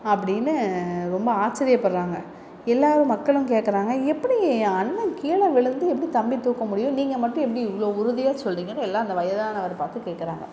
அப்படினு ரொம்ப ஆச்சரிய படுறாங்க எல்லாரும் மக்களும் கேட்கறாங்க எப்படி அண்ணன் கீழே விழுந்து எப்படி தம்பி தூக்க முடியும் நீங்கள் மட்டும் எப்படி இவ்வளோ உறுதியாக சொல்லுறிங்கனு எல்லா அந்த வயதானவரை பார்த்து கேட்குறாங்க